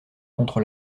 contre